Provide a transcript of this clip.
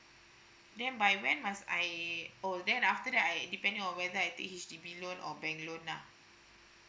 then by when must I oh then after that I depend on whether I take H_D_B loan or bank loan lah